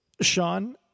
Sean